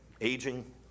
aging